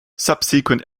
subsequent